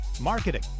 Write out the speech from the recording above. marketing